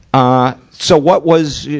ah so, what was,